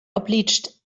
obliged